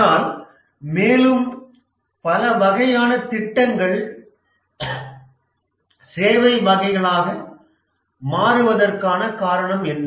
ஆனால் மேலும் பல வகையான திட்டங்கள் சேவை வகைகளாக மாறுவதற்கான காரணம் என்ன